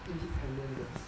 independent girls